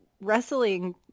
wrestling